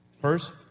first